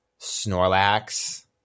Snorlax